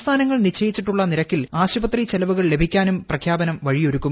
സംസ്ഥാനങ്ങൾ നിശ്ചയിച്ചിട്ടുള്ള നിരക്കിൽ ആശുപത്രി ചെലവുകൾ ലഭിക്കാനും പ്രഖ്യാപനം വഴിയൊരുക്കും